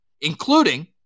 including